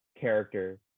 character